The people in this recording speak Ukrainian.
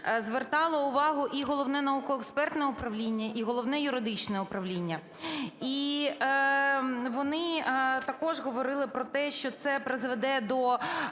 звертало увагу і Головне науково-експертне управління, і Головне юридичне управління. І вони також говорили про те, що це призведе до